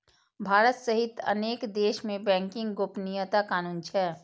भारत सहित अनेक देश मे बैंकिंग गोपनीयता कानून छै